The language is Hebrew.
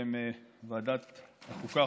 בשם ועדת החוקה,